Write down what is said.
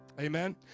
Amen